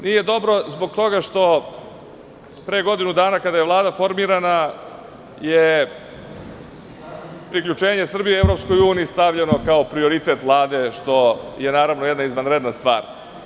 Nije dobro zbog toga što pre godinu dana, kada je Vlada formirana, je priključenje Srbije EU stavljeno kao prioritet Vlade, što je naravno jedna izvanredna stvar.